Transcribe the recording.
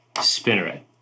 Spinneret